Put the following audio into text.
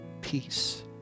peace